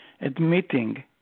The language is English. admitting